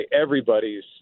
everybody's